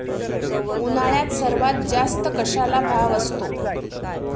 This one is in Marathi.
उन्हाळ्यात सर्वात जास्त कशाला भाव असतो?